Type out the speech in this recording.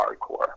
hardcore